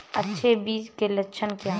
अच्छे बीज के लक्षण क्या हैं?